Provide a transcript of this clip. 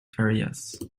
areas